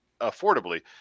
affordably